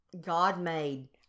God-made